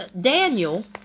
Daniel